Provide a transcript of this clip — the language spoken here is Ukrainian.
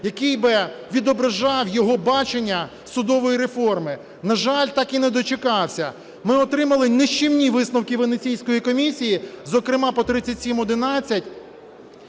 який би відображав його бачення судової реформи. На жаль, так і не дочекався. Ми отримали нищівні висновки Венеційської комісії, зокрема по 3711,